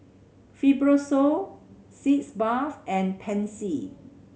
Fibrosol Sitz Bath and Pansy